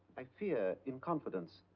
i fear, in confidence,